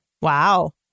Wow